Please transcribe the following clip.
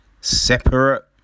separate